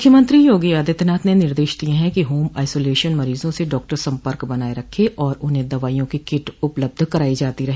मुख्यमंत्री योगी आदित्यनाथ ने निर्देश दिये हैं कि होम आइसोलेशन मरीजों से डॉक्टर सम्पर्क बनाये रखे और उन्हें दवाइयों की किट उपलब्ध कराई जाती रहे